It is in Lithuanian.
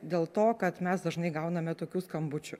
dėl to kad mes dažnai gauname tokių skambučių